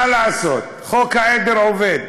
מה לעשות, חוק העדר עובד.